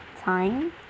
time